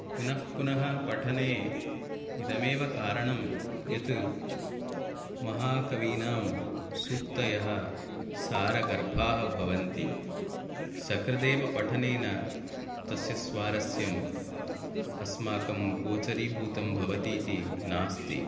पुनः पुनः पठने इदमेव कारणं यत् महाकवीनां सूक्तयः सारगर्भाः भवन्ति सकृदेव पठनेन तस्य स्वारस्यम् अस्माकं गोचरीभूतं भवति इति नास्ति